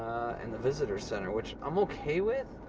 and the visitor's center which i'm okay with,